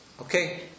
Okay